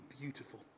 beautiful